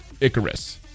icarus